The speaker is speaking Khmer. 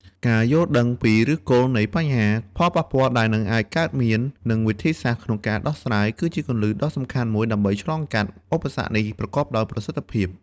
ការយល់ដឹងពីឫសគល់នៃបញ្ហា ផលប៉ះពាល់ដែលអាចនឹងកើតមាន និងវិធីសាស្រ្តក្នុងការដោះស្រាយ គឺជាគន្លឹះដ៏សំខាន់ដើម្បីឆ្លងកាត់ឧបសគ្គនេះប្រកបដោយប្រសិទ្ធភាព។